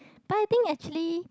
but I think actually